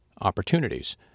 Opportunities